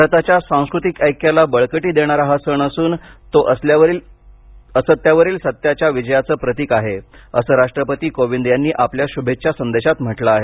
भारताच्या सांस्कृतिक ऐक्याला बळकटी देणारा हा सण असून तो असत्यावरील सत्याच्या विजयाचं प्रतीक आहे असं राष्ट्रपती कोविंद यांनी आपल्या शुभेच्छा संदेशात म्हटलं आहे